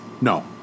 No